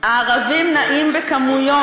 הערבים נעים בכמויות.